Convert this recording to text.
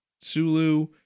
Sulu